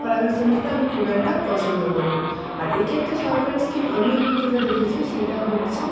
private সেন্টারটা আমি খুব একটা পছন্দ করি না আর এক্ষেত্রে সরকারি স্কিম আমি এখন যেটা দেখেছি সেটা হচ্ছে